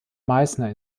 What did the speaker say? meißner